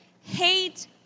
Hate